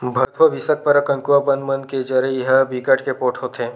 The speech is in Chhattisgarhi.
भथुवा, बिसखपरा, कनकुआ बन मन के जरई ह बिकट के पोठ होथे